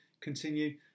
continue